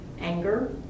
Anger